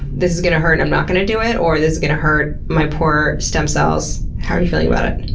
this is gonna hurt and i'm not gonna do it or, this is going to hurt my poor stem cells. how are you feeling about it?